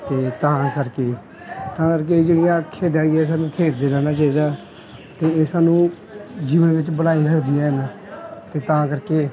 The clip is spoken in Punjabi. ਅਤੇ ਤਾਂ ਕਰਕੇ ਤਾਂ ਕਰਕੇ ਜਿਹੜੀਆਂ ਖੇਡਾਂ ਹੈਗੀਆਂ ਸਾਨੂੰ ਖੇਡਦੇ ਰਹਿਣਾ ਚਾਈਦਾ ਅਤੇ ਇਹ ਸਾਨੂੰ ਜੀਵਨ ਵਿੱਚ ਬਣਾਈ ਰੱਖਦੀਆਂ ਹਨ ਅਤੇ ਤਾਂ ਕਰਕੇ